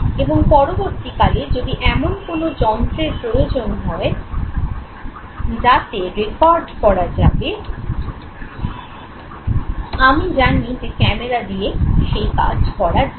এবং পরবর্তীকালে যদি এমন কোন যন্ত্রের প্রয়োজন হয় যাতে রেকর্ড করা যাবে আমি জানি যে ক্যামেরা দিয়ে সেই কাজ করা যাবে